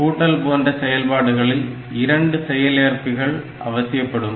கூட்டல் போன்ற செயல்பாடுகளில் 2 செயலஏற்பிகள் அவசியப்படும்